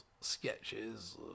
sketches